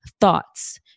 thoughts